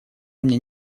мне